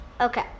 Okay